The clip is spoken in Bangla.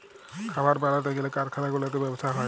খাবার বালাতে গ্যালে কারখালা গুলাতে ব্যবসা হ্যয়